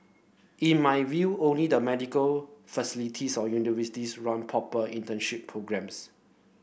in my view only the medical of universities run proper internship programmes